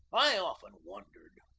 i often wondered,